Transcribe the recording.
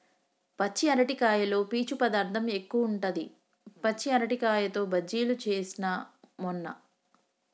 పచ్చి అరటికాయలో పీచు పదార్ధం ఎక్కువుంటది, పచ్చి అరటికాయతో బజ్జిలు చేస్న మొన్న